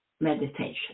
meditation